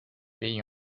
pays